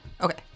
Okay